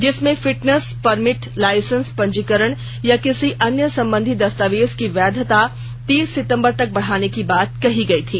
इसमें fitness permit licence पंजीकरण या किसी अन्य सम्बंधी दस्तावेज़ की वैधता तीस सितम्बर तक बढ़ाने की बात कही गई थी